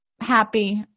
happy